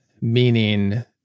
meaning